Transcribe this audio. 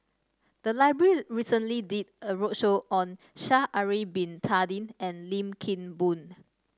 the library recently did a roadshow on Sha'ari Bin Tadin and Lim Kim Boon